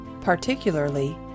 particularly